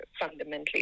fundamentally